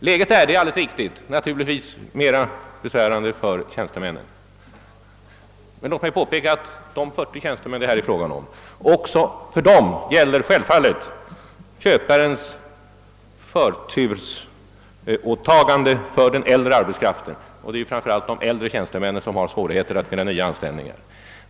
Läget är naturligtvis mera besvärande för tjänstemännen, men också för de 40 tjänstemän det här är fråga om gäller självfallet köparens förtursåtagande beträffande den äldre arbetskraften, och det är framför allt de äldre tjänstemännen som har svårigheter att finna nya anställningar.